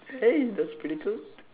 hey that's pretty good